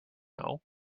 know